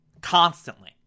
constantly